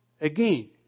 Again